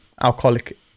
alcoholic